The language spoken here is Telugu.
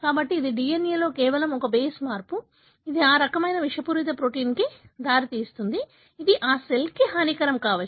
కాబట్టి ఇది DNA లో కేవలం ఒక బేస్ మార్పు ఇది ఆ రకమైన విషపూరిత ప్రోటీన్కు దారితీస్తుంది ఇది ఆ సెల్కు హానికరం కావచ్చు